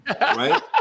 right